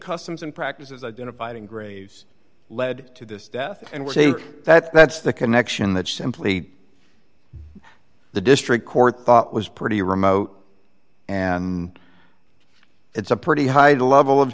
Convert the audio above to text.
customs and practices identified in graves lead to this death and that's that's the connection that simply the district court thought was pretty remote and it's a pretty high level of